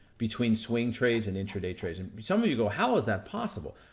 between swing trades and intra-day trades. and but some of you go, how is that possible?